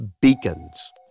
beacons